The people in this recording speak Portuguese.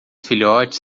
filhotes